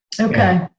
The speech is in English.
Okay